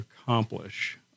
accomplish